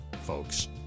folks